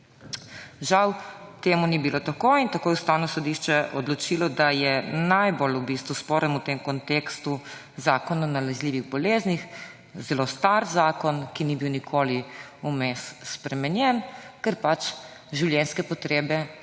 Žal temu ni bilo tako in tako je Ustavno sodišče odločilo, da je v bistvu najbolj sporen v tem kontekstu Zakon o nalezljivih boleznih, zelo star zakon, ki ni bil nikoli vmes spremenjen, ker življenjske potrebe